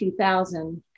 2,000